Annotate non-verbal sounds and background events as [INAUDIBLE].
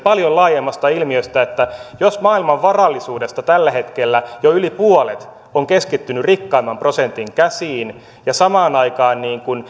[UNINTELLIGIBLE] paljon laajemmasta ilmiöstä jos maailman varallisuudesta tällä hetkellä jo yli puolet on keskittynyt rikkaimman prosentin käsiin ja samaan aikaan